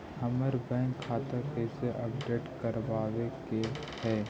हमर बैंक खाता कैसे अपडेट करबाबे के है?